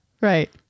Right